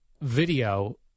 video